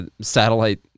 satellite